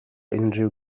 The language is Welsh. unrhyw